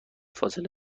فاصله